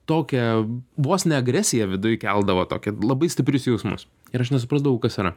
tokia vos ne agresiją viduj keldavo tokį labai stiprius jausmus ir aš nesuprasdavau kas yra